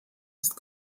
ist